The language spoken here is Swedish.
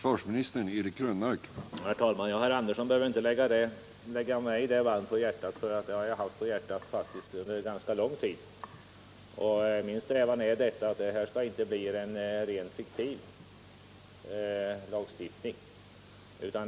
Herr talman! Herr Andersson behöver inte lägga mig detta varmt om hjärtat. Jag har haft det på hjärtat ganska lång tid. Lagstiftningen skall inte vara fiktiv.